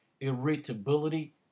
irritability